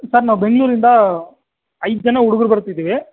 sir ನಾವು ಬೆಂಗಳೂರಿಂದ ಐದು ಜನ ಹುಡುಗರು ಬರ್ತಿದ್ದೀವಿ